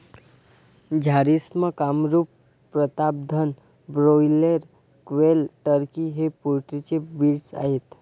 Jharsim, Kamrup, Pratapdhan, broiler, quail, turkey हे poultry चे breed आहेत